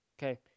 Okay